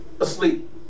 Asleep